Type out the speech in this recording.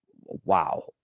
wow